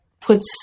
puts